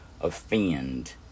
offend